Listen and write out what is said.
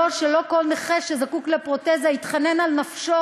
שלא כל נכה שזקוק לפרוטזה יתחנן על נפשו,